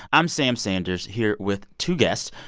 i'm sam sanders here with two guests,